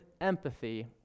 empathy